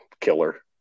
killer